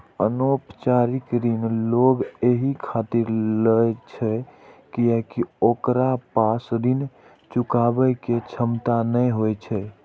अनौपचारिक ऋण लोग एहि खातिर लै छै कियैकि ओकरा पास ऋण चुकाबै के क्षमता नै होइ छै